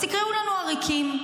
אז תקראו לנו עריקים,